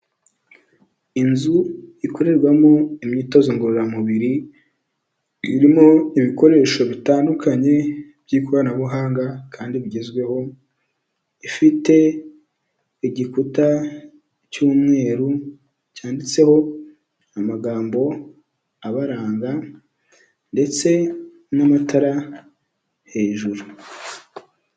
Inzu ikorerwamo imyitozo ngororamubiri irimo ibikoresho bitandukanye by'ikoranabuhanga kandi bigezweho, ifite igikuta cy'umweru cyanditseho amagambo abaranga ndetse n'amatara hejuru.